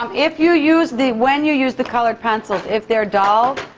um if you use the when you use the colored pencils, if they're dull,